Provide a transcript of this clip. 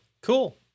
Cool